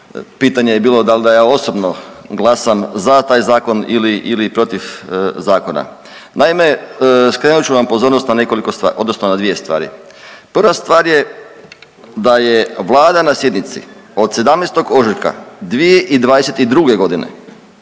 pitanje je bilo da li da ja osobno glasam za taj zakon ili protiv, protiv zakona. Naime, krenut ću vam pozornost na nekoliko, odnosno na dvije stvari. Prva stvar je da je Vlada na sjednici od 17. ožujka 2022. godine